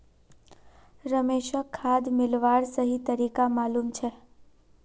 रमेशक खाद मिलव्वार सही तरीका मालूम छेक